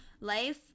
life